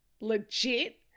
legit